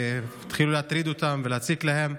והתחילו להטריד אותם ולהציק להם.